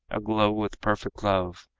aglow with perfect love.